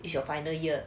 is your final year